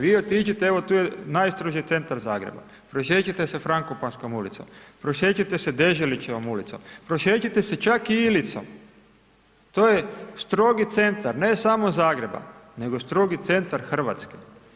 Vi otiđite, evo, tu je najstroži centar Zagreba, prošećite se Frankopanskom ulicom, prošećite se Deželićevom ulicom, prošećite se čak i Ilicom, to je strogi centar, ne samo Zagreba, nego strogi centar Hrvatske.